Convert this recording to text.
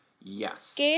Yes